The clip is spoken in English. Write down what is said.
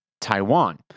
Taiwan